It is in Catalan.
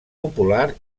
popular